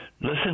listen